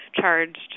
charged